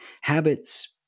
habits